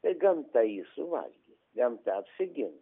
tai gamta jį suvalgys jam tą apsigint